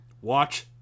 Watch